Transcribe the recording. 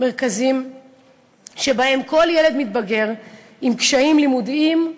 מרכזים שבהם כל ילד מתבגר עם קשיים לימודיים,